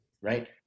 right